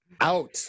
out